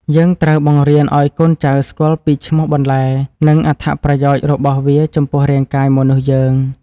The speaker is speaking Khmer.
យើងត្រូវបង្រៀនឱ្យកូនចៅស្គាល់ពីឈ្មោះបន្លែ និងអត្ថប្រយោជន៍របស់វាចំពោះរាងកាយមនុស្សយើង។